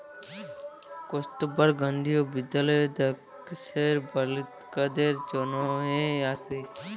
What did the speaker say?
কস্তুরবা গান্ধী বিদ্যালয় দ্যাশের বালিকাদের জনহে আসে